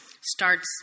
starts